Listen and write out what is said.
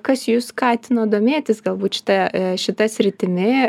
kas jus skatino domėtis galbūt šita šita sritimi